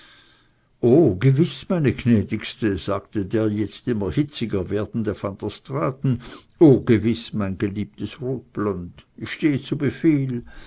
o gewiß meine gnädigste sagte der jetzt immer hitziger werdende van der straaten o gewiß mein geliebtes rotblond ich stehe zu befehl